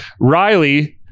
Riley